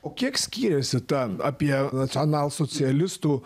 o kiek skyrėsi ta apie nacionalsocialistų